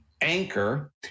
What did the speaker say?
anchor